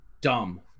Dumb